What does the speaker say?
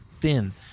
thin